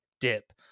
dip